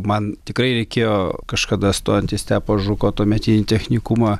man tikrai reikėjo kažkada stojant į stepo žuko tuometinį technikumą